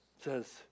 says